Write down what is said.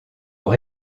pour